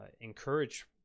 encourage